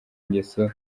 ingeso